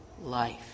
life